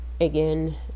again